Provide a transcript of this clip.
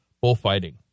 bullfighting